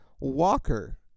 Walker